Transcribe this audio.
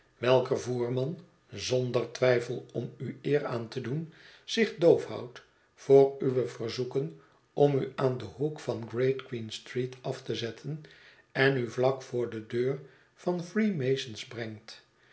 welker voerman zonder twijfel om u eer aan te doen zich doof houdt voor uwe verzoeken om u aan den hoek van great queen street af te zetten en u vlak voor de deurvan freemasons brengt